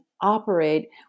operate